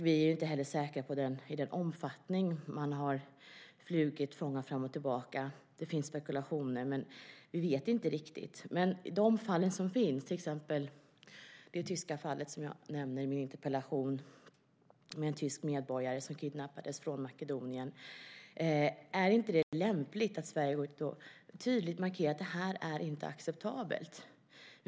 Vi är inte heller säkra på den omfattning i vilken man flugit fångar fram och tillbaka. Det finns spekulationer, men vi vet inte riktigt. Men när det gäller de fall som finns, till exempel det tyska fall som jag nämner i min interpellation med en tysk medborgare som kidnappades från Makedonien, är det inte lämpligt att Sverige går ut och tydligt markerar att detta inte är acceptabelt?